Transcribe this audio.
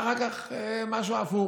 ואחר כך משהו הפוך.